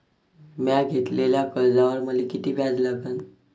म्या घेतलेल्या कर्जावर मले किती व्याज लागन?